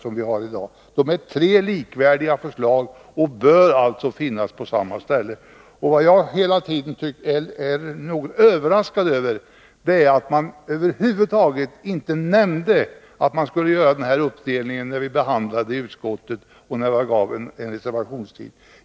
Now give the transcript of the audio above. Det är fråga om tre likvärdiga förslag, och de bör således finnas på samma ställe. Vad jag hela tiden varit något överraskad över är att man, när vi behandlade denna fråga i utskottet och gav en reservationstid, över huvud taget inte nämnde att man skulle göra den här uppdelningen.